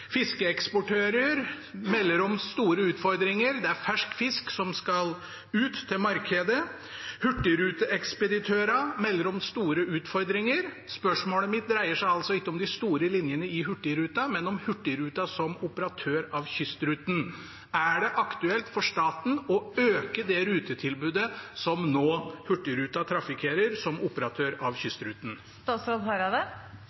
Fiskeeksportører melder om store utfordringer – det er fersk fisk som skal ut til markedet – og hurtigruteekspeditørene melder om store utfordringer. Spørsmålet mitt dreier seg altså ikke om de store linjene for Hurtigruten, men om Hurtigruten som operatør av kystruten. Er det aktuelt for staten å øke det rutetilbudet som Hurtigruten nå trafikkerer som operatør av